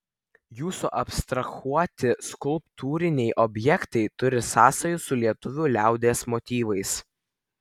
jūsų abstrahuoti skulptūriniai objektai turi sąsajų su lietuvių liaudies motyvais